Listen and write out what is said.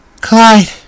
Clyde